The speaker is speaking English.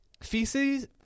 feces